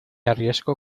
arriesgo